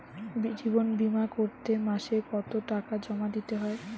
জীবন বিমা করতে মাসে কতো টাকা জমা দিতে হয়?